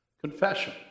Confession